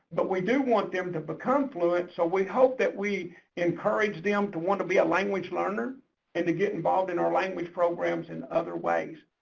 but we do want them to become fluent so we hope that we encourage them um to want to be a language learner and to get involved in our language programs in other ways,